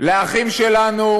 לאחים שלנו,